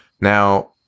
Now